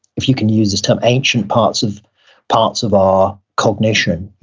if you can use this term, ancients parts of parts of our cognition.